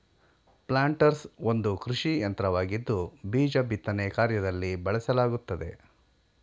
planters ಒಂದು ಕೃಷಿಯಂತ್ರವಾಗಿದ್ದು ಬೀಜ ಬಿತ್ತನೆ ಕಾರ್ಯದಲ್ಲಿ ಬಳಸಲಾಗುತ್ತದೆ